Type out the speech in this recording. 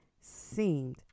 seemed